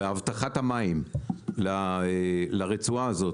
באבטחת המים לרצועה הזאת,